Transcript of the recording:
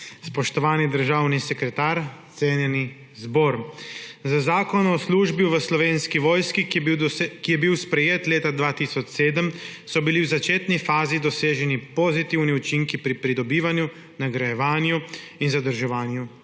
Spoštovani državni sekretar, cenjeni zbor! Z Zakonom o službi v Slovenski vojski, ki je bil sprejet leta 2007, so bili v začetni fazi doseženi pozitivni učinki pri pridobivanju, nagrajevanju in zadrževanju